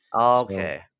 Okay